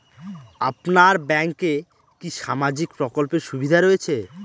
আপনার ব্যাংকে কি সামাজিক প্রকল্পের সুবিধা রয়েছে?